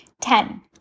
Ten